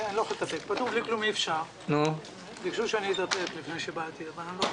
לפני שבאתי לכאן ביקשו שאתאפק אבל אני לא רוצה.